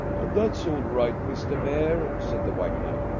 that's all right, mr. mayor, said the white knight.